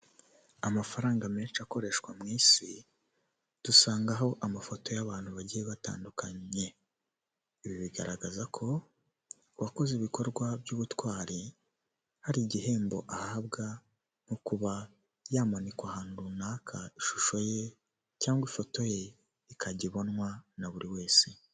Amafaranga menshi akoreshwa mu isi, dusangaho amafoto y'abantu bagiye batandukanye, ibi bigaragaza ko uwakoze ibikorwa by'ubutwari, hari igihembo ahabwa nko kuba yamanikwa ahantu runaka ishusho ye cyangwa ifoto ye ikajya ibonwa na buri wese.